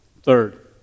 Third